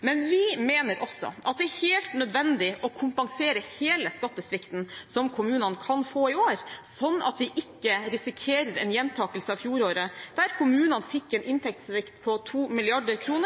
Men vi mener også at det er helt nødvendig å kompensere hele skattesvikten som kommunene kan få i år, sånn at vi ikke risikerer en gjentakelse av fjoråret, der kommunene fikk en inntektssvikt på 2 mrd. kr